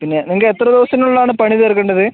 പിന്നെ നിങ്ങൾക്ക് എത്ര ദിവസത്തിന് ഉള്ളിൽ ആണ് പണി തീർക്കേണ്ടത്